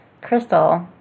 Crystal